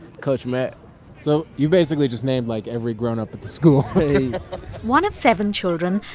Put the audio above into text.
coach mac so you basically just named, like, every grownup at the school hey one of seven children,